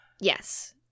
Yes